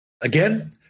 Again